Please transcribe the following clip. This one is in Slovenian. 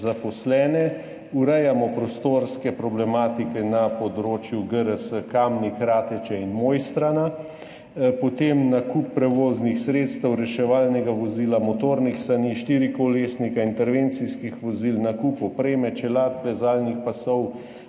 zaposlene, urejamo prostorsko problematiko na področju GRS Kamnik, Rateče in Mojstrana. Potem nakup prevoznih sredstev, reševalnega vozila, motornih sani, štirikolesnika, intervencijskih vozil, nakup opreme, čelad, plezalnih pasov,